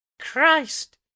Christ